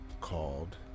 called